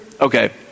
Okay